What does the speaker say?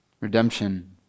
redemption